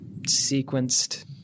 sequenced